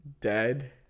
dead